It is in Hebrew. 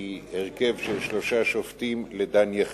מהרכב של שלושה שופטים לדן יחיד.